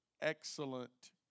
excellent